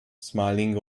smiling